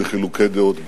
בחילוקי דעות בינינו.